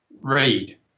Read